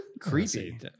creepy